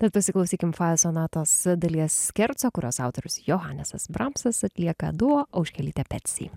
tad pasiklausykim fae sonatos dalies skeco kurios autorius johnesas bramsas atlieka duo auškelytė peci